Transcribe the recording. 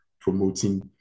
promoting